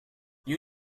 you